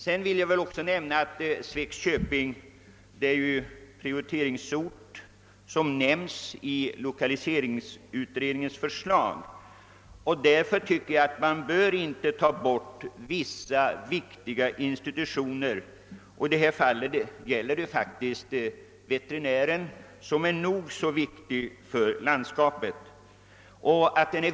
Jag vill även påpeka att Svegs köping är en av de prioriteringsorter som nämns i lokaliseringsutredningens förslag. Därför anser jag att man inte bör flytta bort viktiga institutioner därifrån. Veterinären är nog så viktig för landskapet.